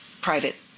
private